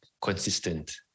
consistent